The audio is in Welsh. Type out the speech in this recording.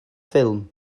ffilm